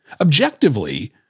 objectively